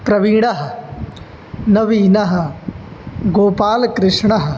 क्रवीडः नवीनः गोपालकृष्णः